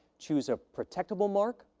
choose a protectable mark.